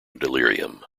delirium